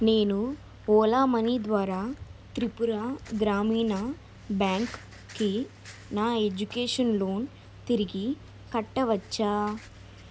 నేను ఓలా మనీ ద్వారా త్రిపుర గ్రామీణ బ్యాంక్కి నా ఎడ్యుకేషన్ లోన్ తిరిగి కట్టవచ్చా